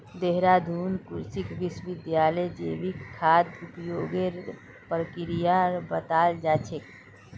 देहरादून कृषि विश्वविद्यालयत जैविक खाद उपयोगेर प्रक्रिया बताल जा छेक